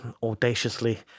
audaciously